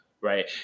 right